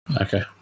Okay